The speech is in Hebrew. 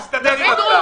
אז תתמוך בחוק.